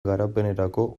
garapenerako